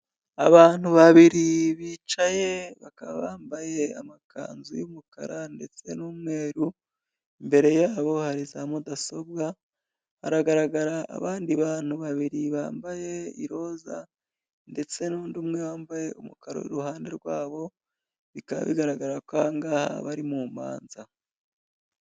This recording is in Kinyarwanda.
Abantu babiri bicaye bakaba bambaye amakanzu y'umukara ndetse n'umweru, imbere yabo hari za mudasobwa hagaragara abandi bantu babiri bambaye iroza ndetse n'undi umwe wambaye umukara uri iruhande rwabo bikaba bigaragara ko aha ngaha bari mu manza.